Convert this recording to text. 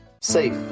Safe